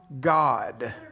God